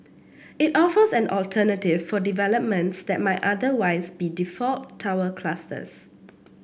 it offers an alternative for developments that might otherwise be default tower clusters